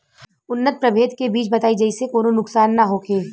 उन्नत प्रभेद के बीज बताई जेसे कौनो नुकसान न होखे?